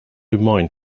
mined